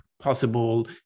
possible